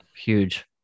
huge